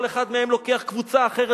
כל אחד מהם לוקח קבוצה אחרת,